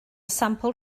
sampl